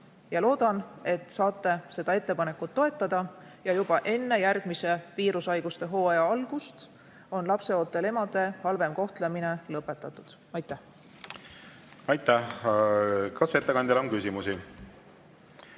Loodan, et saate seda ettepanekut toetada ja juba enne järgmise viirushaiguste hooaja algust on lapseootel emade halvem kohtlemine lõpetatud. Aitäh! Aitäh! Kas ettekandjale on küsimusi?